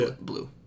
Blue